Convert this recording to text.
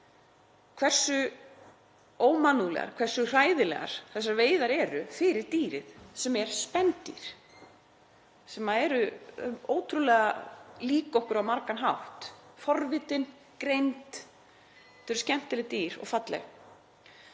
hversu ómannúðlegar, hversu hræðilegar, þessar veiðar eru fyrir dýrið, sem er spendýr, sem eru ótrúlega lík okkur á margan hátt, forvitin, greind, þetta eru skemmtileg dýr og falleg